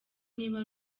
niba